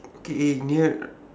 okay eh near